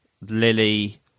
Lily